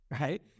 right